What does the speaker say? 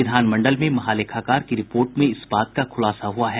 विधानमंडल में महालेखाकार की रिपोर्ट में इस बात का खुलासा हुआ है